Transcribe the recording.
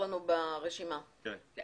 יש